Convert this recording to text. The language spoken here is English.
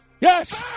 Yes